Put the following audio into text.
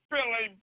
Billy